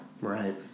Right